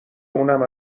اونم